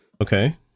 Okay